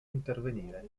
intervenire